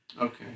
Okay